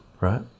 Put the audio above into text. right